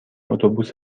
اتوبوس